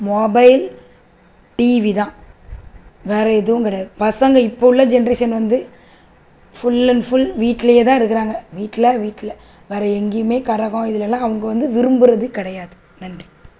mobile TV தான் வேறு எதுவும் கிடையாது பசங்க இப்போ உள்ள ஜென்ரேஷன் வந்து ஃபுல் அண்ட் ஃபுல் வீட்டுலயே தான் இருக்கிறாங்க வீட்டில் வீட்டில் வேறு எங்கேயுமே கரகம் இதிலலாம் அவங்க வந்து விரும்புவது கிடையாது நன்றி